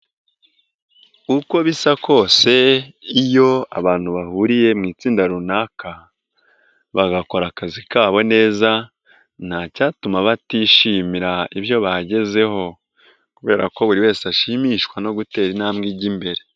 Uko bisa kose iyo abantu bahuriye mu itsinda runaka bagakora akazi kabo neza nta cyatuma batishimira ibyo bagezeho kubera ko buri wese ashimishwa no gutera intambwe ijya imbere.